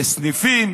יש סניפים,